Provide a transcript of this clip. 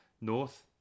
north